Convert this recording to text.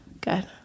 Good